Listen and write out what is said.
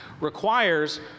requires